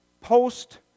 post